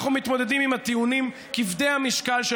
אנחנו מתמודדים עם הטיעונים כבדי המשקל של